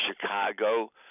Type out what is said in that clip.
Chicago